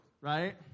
right